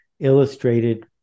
illustrated